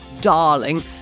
darling